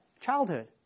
Childhood